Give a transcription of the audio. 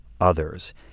others